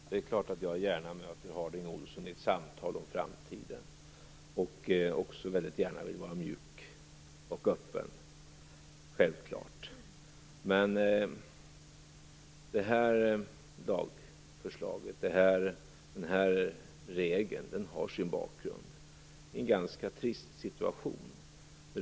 Fru talman! Det är självklart att jag gärna möter Harding Olson i ett samtal om framtiden och att jag gärna vill vara mjuk och öppen. Men den här regeln har sin bakgrund i en ganska trist situation.